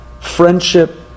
friendship